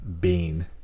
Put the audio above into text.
Bean